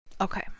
Okay